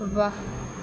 ਵਾਹ